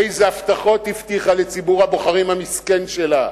איזה הבטחות הבטיחה לציבור הבוחרים המסכן שלה?